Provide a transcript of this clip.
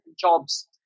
jobs